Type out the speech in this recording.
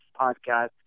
podcast